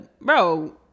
Bro